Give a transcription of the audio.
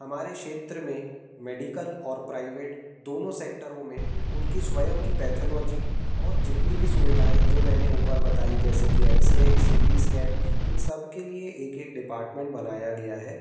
हमारे क्षेत्र में मेडिकल और प्राइवेट दोनों सेक्टरों में उनकी स्वयं की पैथोलॉजी और जितनी भी सुविधाएँ जो मैंने ऊपर बताई जैसे कि एक्सरे सी टी स्कैन इन सब के लिए एक एक डिपार्टमेंट बनाया गया है